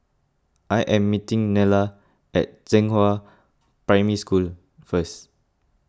I am meeting Nella at Zhenghua Primary School first